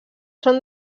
són